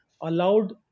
allowed